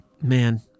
Man